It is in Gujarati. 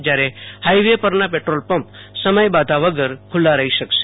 જયારે હાઈવે પરના પેટ્રોલપંપો સમય બાધા વગર ખુલ્લા રહી શકશે